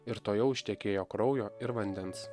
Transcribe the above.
ir tuojau ištekėjo kraujo ir vandens